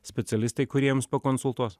specialistai kurie jums pakonsultuos